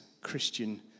Christian